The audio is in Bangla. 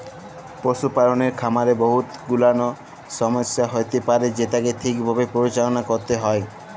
পশুপালকের খামারে বহুত গুলাল ছমচ্যা হ্যইতে পারে যেটকে ঠিকভাবে পরিচাললা ক্যইরতে হ্যয়